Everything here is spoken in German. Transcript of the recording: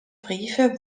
briefe